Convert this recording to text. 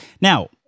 Now